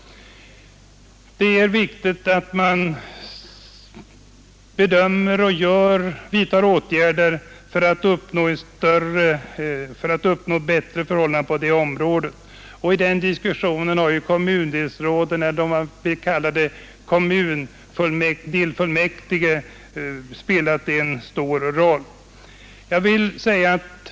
Det är viktigt att man gör bedömningar och vidtar åtgärder för att uppnå bättre förhållanden på det området. I den diskussionen har frågan om kommundelsråd spelat en stor roll.